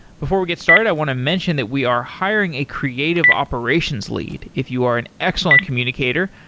before we get started, i want to mention that we are hiring a creative operations lead. if you are an excellent communicator,